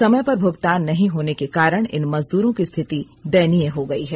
समय पर भुगतान नहीं होने के कारण इन मजदूरों की स्थिति दयनीय हो गई है